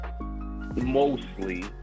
mostly